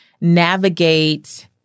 navigate